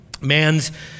man's